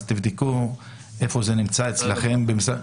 תבדקו איפה זה נמצא אצלכם במשרד.